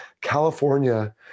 California